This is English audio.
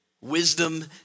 wisdom